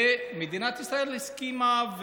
ומדינת ישראל הסכימה,